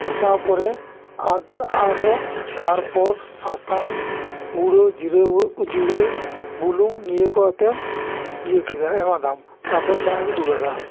ᱠᱚᱥᱟᱣ ᱯᱚᱨᱮ ᱟᱫᱽ ᱟᱫᱚ ᱛᱟᱨᱯᱚᱨ ᱥᱟᱥᱟᱝ ᱜᱩᱲᱩ ᱡᱤᱨᱟᱹ ᱩᱡᱽᱲᱟᱹ ᱵᱩᱞᱩᱝ ᱱᱤᱭᱟᱹ ᱠᱚ ᱟᱛᱮᱜ ᱮᱢ ᱤᱭᱟᱹ ᱠᱮᱫᱟᱢ ᱮᱢᱟᱫᱟᱢ ᱛᱟᱨᱯᱚᱨᱮ ᱫᱟᱜ ᱮᱢ ᱫᱩᱞ ᱟᱫᱟ